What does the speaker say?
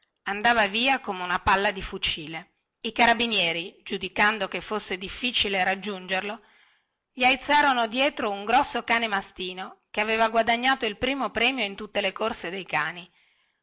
andava via come una palla di fucile i carabinieri giudicando che fosse difficile raggiungerlo gli aizzarono dietro un grosso cane mastino che aveva guadagnato il primo premio in tutte le corse dei cani